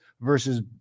versus